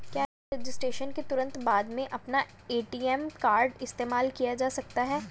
क्या रजिस्ट्रेशन के तुरंत बाद में अपना ए.टी.एम कार्ड इस्तेमाल किया जा सकता है?